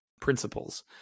principles